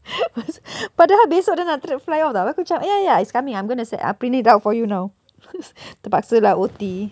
padahal besok dia nak fly out [tau] abeh aku macam ya ya ya it's coming I'm going to set ah print it out terpaksa lah O_T